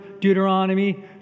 Deuteronomy